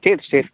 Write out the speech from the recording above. state state